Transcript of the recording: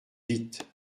vite